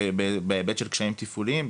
בהיבט של קשיים תפעוליים,